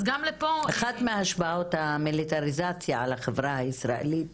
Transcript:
אחת מהשפעות המיליטריזציה על החברה הישראלית